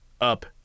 up